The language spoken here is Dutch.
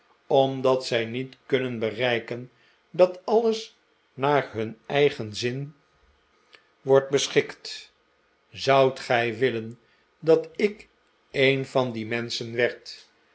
omdat zij niet kunnen bereiken dat alles naar hun eigen zin wordt beschikt zoudt gij willen dat ik een van die menschen werd